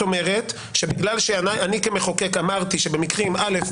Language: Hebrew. אומרת שבגלל שאני כמחוקק אמרתי שבמקרים א',